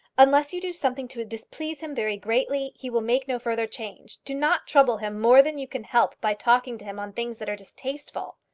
unless you do something to displease him very greatly, he will make no further change. do not trouble him more than you can help by talking to him on things that are distasteful.